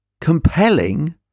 compelling